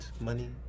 money